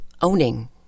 owning